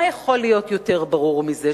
מה יכול להיות יותר ברור מזה?